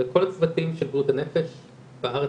לכל הצוותים של בריאות הנפש בארץ,